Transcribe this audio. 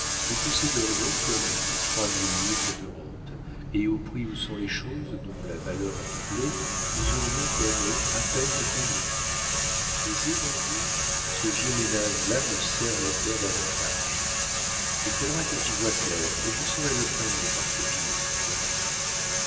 nous posséderions comme lui trois mille livres de rente et au prix où sont les choses dont la valeur a doublé nous aurions comme eux à peine de quoi vivre de jour en jour ce vieux ménage là me serre le cœur davantage il faudra que j'y voie clair et je saurai le fin mot par popinot demain